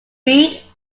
beach